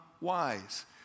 wise